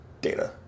data